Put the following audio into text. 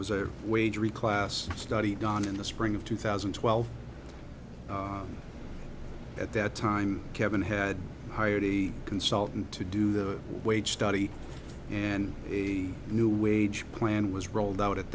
was a wage reclass study done in the spring of two thousand and twelve at that time kevin had hired a consultant to do the wage study and he knew wage plan was rolled out at